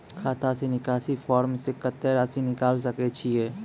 खाता से निकासी फॉर्म से कत्तेक रासि निकाल सकै छिये?